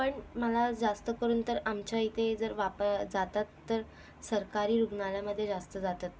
पण मला जास्तकरून तर आमच्या इथे जर वापं जातात तर सरकारी रुग्णालयामध्ये जास्त जातात